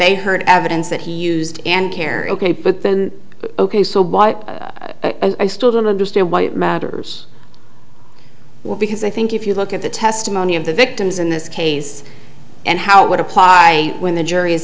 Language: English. they heard evidence that he used and care ok but then i still don't understand why it matters because i think if you look at the testimony of the victims in this case and how it would apply when the jury is